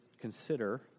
consider